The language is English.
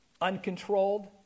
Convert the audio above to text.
Uncontrolled